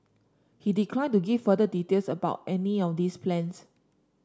he declined to give further details about any of these plans